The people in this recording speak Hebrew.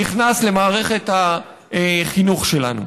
נכנס למערכת החינוך שלנו.